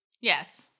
Yes